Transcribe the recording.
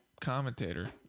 commentator